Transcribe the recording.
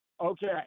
Okay